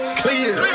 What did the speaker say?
clear